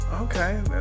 okay